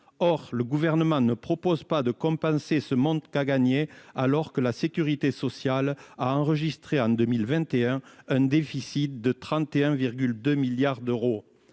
Or le Gouvernement ne propose pas de compenser ce manque à gagner, alors que la sécurité sociale a enregistré, en 2021, un déficit de 31,2 milliards d'euros.